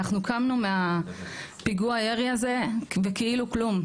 אנחנו קמנו מהפיגוע ירי הזה וכאילו כלום.